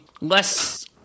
less